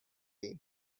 ایم